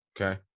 Okay